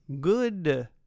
Good